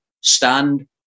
stand